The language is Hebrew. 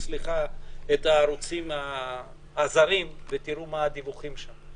הערוצים הזרים ותראו מה הדיווחים שם.